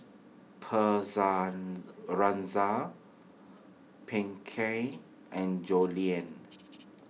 Pinkey and Julien